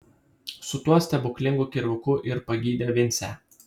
su tuo stebuklingu kirvuku ir pagydė vincę